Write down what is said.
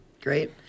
Great